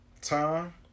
time